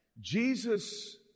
Jesus